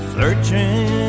Searching